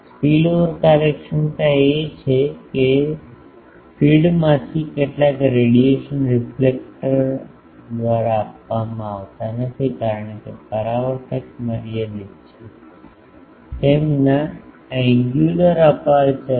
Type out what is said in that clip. spillover કાર્યક્ષમતા એ છે કે ફીડમાંથી કેટલાક રેડિયેશન રિફલેક્ટર દ્વારા અટકાવવામાં આવતા નથી કારણ કે પરાવર્તક મર્યાદિત છે તેમાં એન્ગ્યુલર અપેર્ચર છે